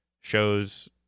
shows